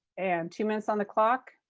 and two minutes on the clock.